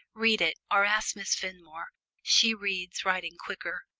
read it, or ask miss fenmore she reads writing quicker.